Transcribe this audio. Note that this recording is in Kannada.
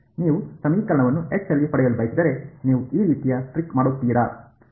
ನೀವು ಸಮೀಕರಣವನ್ನು ಪಡೆಯಲು ಬಯಸಿದರೆ ನೀವು ಈ ರೀತಿಯ ಟ್ರಿಕ್ ಮಾಡುತ್ತೀರಾ